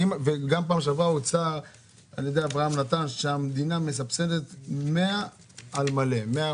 בפעם שעברה נאמר על ידי אברהם נתן שהמדינה מסבסדת 100% על מלא.